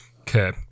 Okay